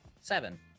Seven